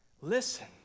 Listen